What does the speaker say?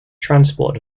transport